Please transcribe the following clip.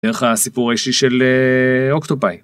איך הסיפור האישי של אוקטופאי.